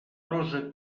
rosa